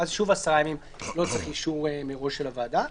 ואז שוב עשרה ימים לא צריך אישור מראש של הוועדה,